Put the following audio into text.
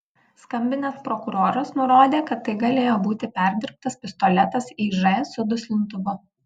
skambinęs prokuroras nurodė kad tai galėjo būti perdirbtas pistoletas iž su duslintuvu